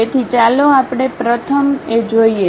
તેથી ચાલો આપણે પ્રથમ એ જોઈએ